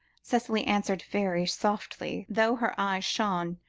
cicely answered very softly, though her eyes shone,